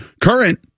current